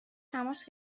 تماس